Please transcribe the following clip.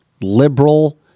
liberal